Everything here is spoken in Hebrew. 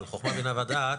אבל חכמה בינה ודעת,